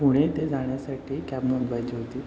पुणे येते जाण्यासाठी कॅब नोंदवायची होती